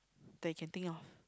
that you can think of